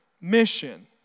mission